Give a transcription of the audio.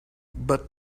but